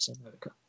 America